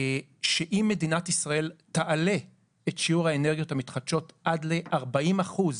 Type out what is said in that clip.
שאם מדינת ישראל תעלה את שיעור האנרגיות המתחדשות עד ל-40 אחוזים